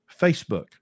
Facebook